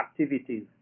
activities